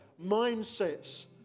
mindsets